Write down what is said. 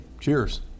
Cheers